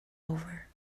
over